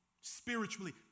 Spiritually